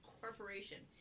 Corporation